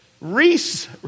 Reese